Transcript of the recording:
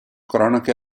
cronache